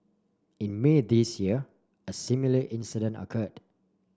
in May this year a similar incident occurred